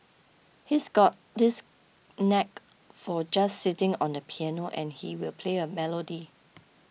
he's got this knack for just sitting on the piano and he will play a melody